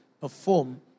perform